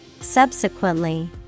Subsequently